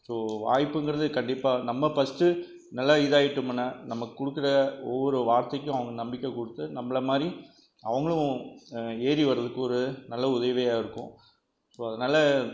so வாய்ப்புங்கிறது கண்டிப்பாக நம்ம பஸ்ட்டு நல்லா இதாகிட்டோம்ன்னா நம்ம கொடுக்குற ஒவ்வொரு வார்த்தைக்கும் அவங்க நம்பிக்கை கொடுத்து நம்பள மாதிரி அவங்குளும் ஏறி வரதுக்கு ஒரு நல்ல உதவியாகருக்கும் ஸோ அதனால்